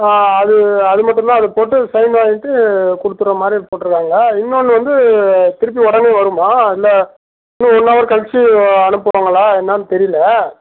ஆ அது அது மட்டுந்தான் அது போட்டு சைன் வாங்கிகிட்டு கொடுத்துட்ற மாதிரி போட்யிருக்காங்க இன்னோன்று வந்து திருப்பி உடனே வரும்மா இல்லை இன்னும் ஒன் ஹவர் கழிச்சு அனுப்புவாங்களா என்னான்னு தெரியிலை